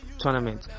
tournament